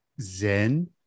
Zen